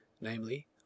namely